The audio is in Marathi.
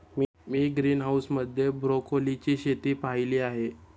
मी ग्रीनहाऊस मध्ये ब्रोकोलीची शेती पाहीली आहे